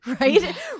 right